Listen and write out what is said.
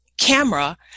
camera